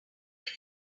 pole